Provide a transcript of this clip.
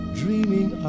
dreaming